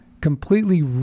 completely